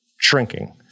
shrinking